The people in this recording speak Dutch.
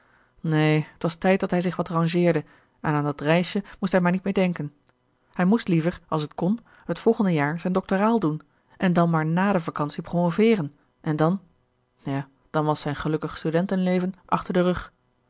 neen t was tijd dat hij zich wat rangeerde en aan dat reisje moest hij maar niet meer denken hij moest liever als t kon t volgende jaar zijn doctoraal doen en dan maar na de vacantie promoveeren en dan ja dan was zijn gelukkig studenten leven achter den rug